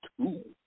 two